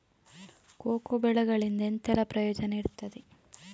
Cocoa ಬೆಳೆಗಳಿಂದ ಎಂತೆಲ್ಲ ಪ್ರಯೋಜನ ಇರ್ತದೆ?